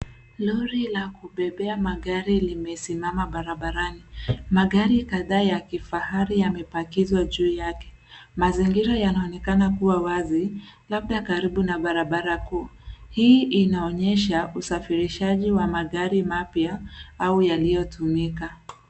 Lori la kubebea magari limesimama barabarani. Magari kadhaa yakifahari yamepakizwa juu yake. Mazingira yanaonekana kuwa wazi labda karibu na barabara kuu. Hii inaonyesha usafirishaji ya magari mapya au yaliyotumika.